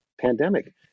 pandemic